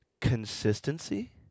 Consistency